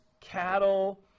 cattle